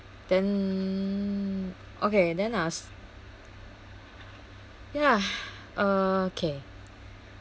then okay then I'll ya okay